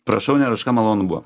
prašau nėra už ką malonu buvo